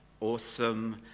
awesome